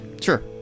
Sure